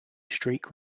streak